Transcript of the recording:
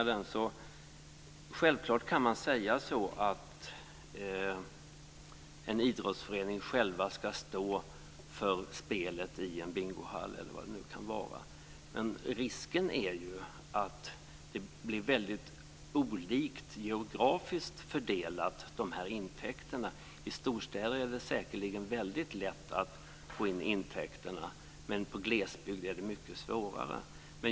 Det är klart att en idrottsförening kan stå för spelet i en bingohall, men risken är ju att intäkterna blir ojämnt geografiskt fördelade. I storstäder är det lätt att få in intäkter, men i glesbygd är det mycket svårare.